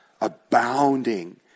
abounding